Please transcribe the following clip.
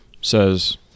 says